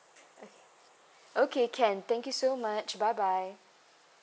okay okay can thank you so much bye bye